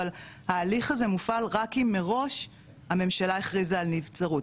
אבל ההליך הזה מופעל רק אם מראש הממשלה הכריזה על נבצרות,